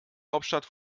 hauptstadt